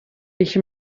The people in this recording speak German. ich